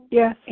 Yes